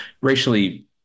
Racially